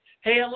Hey